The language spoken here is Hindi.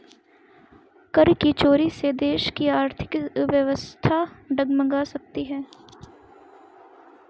कर की चोरी से देश की आर्थिक व्यवस्था डगमगा सकती है